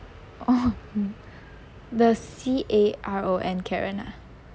oh the C A R O N caron ah